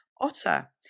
Otter